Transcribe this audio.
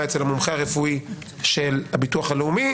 אצל המומחה הרפואי של הביטוח הלאומי